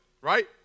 right